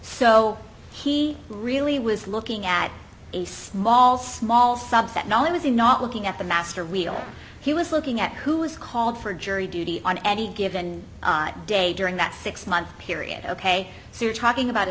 so he really was looking at a small small subset not only was he not looking at the master real he was looking at who was called for jury duty on any given day during that six month period ok so you're talking about a